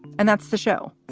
and that's the show.